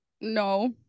No